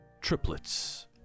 triplets